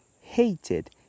hated